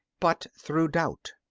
but through doubt.